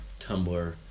Tumblr